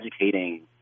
educating